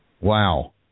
Wow